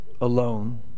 alone